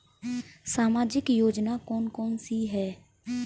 सामाजिक योजना कौन कौन सी हैं?